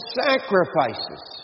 sacrifices